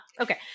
okay